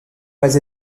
pas